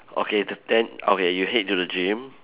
okay then okay you head to the gym